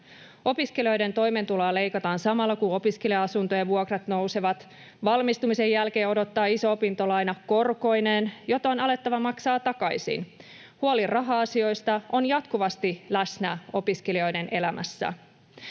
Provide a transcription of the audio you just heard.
Opiskelijoiden toimeentuloa leikataan samalla, kun opiskelija-asuntojen vuokrat nousevat. Valmistumisen jälkeen odottaa iso opintolaina korkoineen, jota on alettava maksaa takaisin. Huoli raha-asioista on jatkuvasti läsnä opiskelijoiden elämässä.